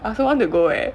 I also want to go eh